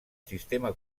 sistema